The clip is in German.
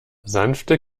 sanfte